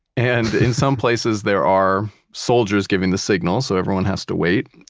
and in some places, there are soldiers giving the signal so everyone has to wait.